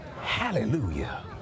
Hallelujah